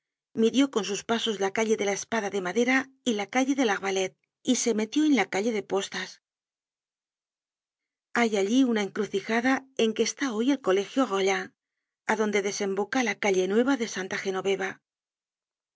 hora midió con sus pasos la calle de la espada de madera y la calle de la arbalete y se metió en la calle de postas hay allí una encrucijada en que está hoy el colegio rollin adonde desemboca la calle nueva de santa genoveva